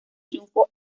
triunfo